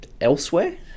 elsewhere